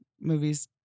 movies